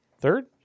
Third